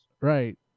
right